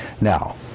Now